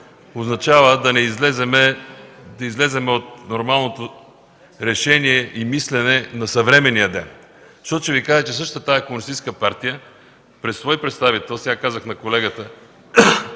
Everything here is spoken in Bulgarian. означава да излезем от нормалното решение и мислене на съвременния ден. Защото ще Ви кажа, че същата тази Комунистическа партия през свой представител, сега казах на колегата,